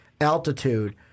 altitude